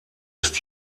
ist